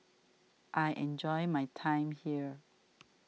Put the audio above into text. I enjoy my time here